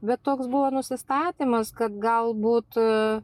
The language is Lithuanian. bet toks buvo nusistatymas kad galbūt